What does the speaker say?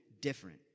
different